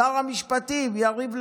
שר המשפטים יריב לוין,